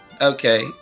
Okay